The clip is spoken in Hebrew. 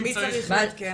את מי צריך לעדכן?